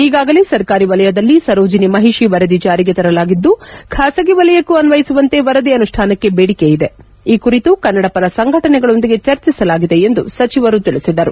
ಈಗಾಗಲೇ ಸರ್ಕಾರಿ ವಲಯದಲ್ಲಿ ಸರೋಜಿನಿ ಮಹಿಷಿ ವರದಿ ಜಾರಿಗೆ ತರಲಾಗಿದ್ದು ಖಾಸಗಿ ವಲಯಕೂ ಅನ್ನಯಿಸುವಂತೆ ವರದಿ ಅನುಷ್ಲಾನಕ್ಕೆ ಬೇಡಿಕೆ ಇದೆ ಈ ಕುರಿತು ಕನ್ನಡಪರ ಸಂಘಟನೆಗಳೊಂದಿಗೆ ಚರ್ಚಿಸಲಾಗಿದೆ ಎಂದು ಸಚಿವರು ತಿಳಿಸಿದರು